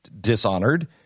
dishonored